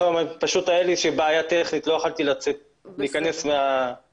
הייתה לי איזו בעיה טכנית ולא יכולתי להיכנס ל-זום.